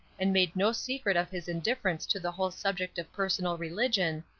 and made no secret of his indifference to the whole subject of personal religion,